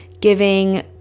giving